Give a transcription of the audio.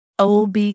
OB